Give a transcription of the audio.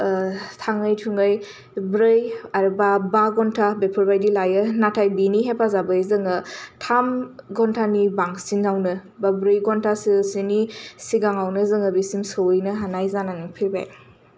थाङै थुङै ब्रै आरो बा बा घन्टा बेफोरबादि लायो नाथाय बेनि हेफाजाबै जोङो थाम घन्टानि बांसिनावनो बा ब्रै घन्टासोनि सिगाङावनो जोङो बेसिम सहैनो हानाय जानानै फैबाय